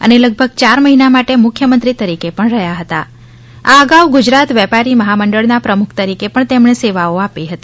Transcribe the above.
અને લગભગ ચાર મહિના માટે મુખ્યમંત્રી તરીકે પણ રહ્યાં હતા આ અગાઉ ગુજરાત વેપારી મહામંડળના પ્રમુખ તરીકે પણ સેવાઓ આપી હતી